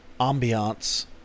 ambiance